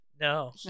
No